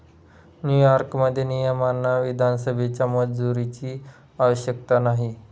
न्यूयॉर्कमध्ये, नियमांना विधानसभेच्या मंजुरीची आवश्यकता नाही